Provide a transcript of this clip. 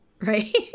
right